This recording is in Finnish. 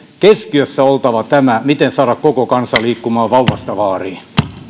keskiössä oltava tämä miten saada koko kansa liikkumaan vauvasta vaariin